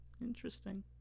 Interesting